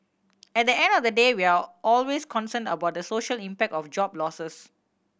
at the end of the day we're always concerned about the social impact of job losses